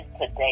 today